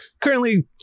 Currently